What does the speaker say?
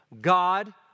God